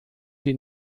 die